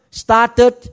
started